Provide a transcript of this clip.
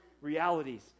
realities